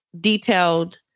detailed